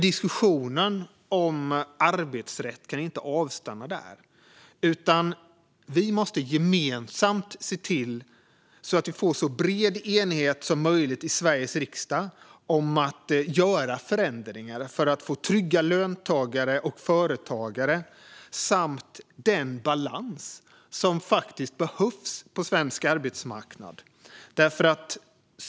Diskussionen om arbetsrätt kan dock inte avstanna där, utan vi måste gemensamt se till att vi får så bred enighet som möjligt i Sveriges riksdag om att göra förändringar för att få trygga löntagare och företagare samt den balans som faktiskt behövs på Sveriges arbetsmarknad.